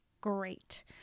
great